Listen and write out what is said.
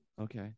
okay